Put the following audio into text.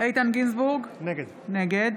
איתן גינזבורג, נגד